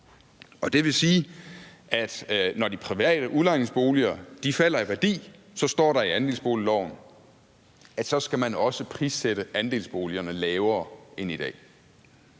Det vil sige, at når de private udlejningsboliger falder i værdi – står der i andelsboligloven – skal man også prissætte andelsboligerne lavere end i dag.